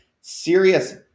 serious